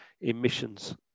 emissions